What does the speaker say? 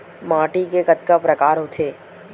माटी के कतका प्रकार होथे?